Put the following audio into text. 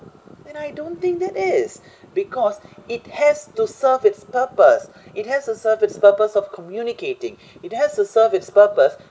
then I don't think that is because it has to serve its purpose it has to served its purpose of communicating it has served its purpose